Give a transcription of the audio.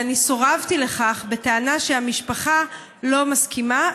ואני סורבתי בטענה שהמשפחה לא מסכימה,